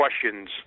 questions